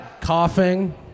Coughing